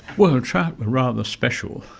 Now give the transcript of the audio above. well, trout are rather special.